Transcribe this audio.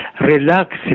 relax